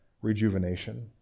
rejuvenation